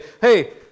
hey